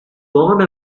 gone